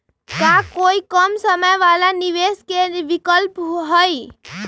का कोई कम समय वाला निवेस के विकल्प हई?